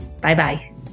Bye-bye